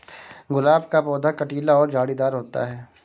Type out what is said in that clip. गुलाब का पौधा कटीला और झाड़ीदार होता है